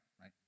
right